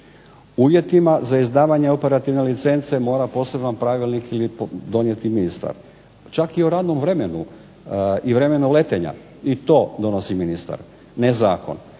Uvjetima za izdavanje operativne licence mora poseban pravilnik donijeti ministar. Čak i o radnom vremenu i vremenu letenja. I to donosi ministar, ne zakon.